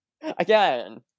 again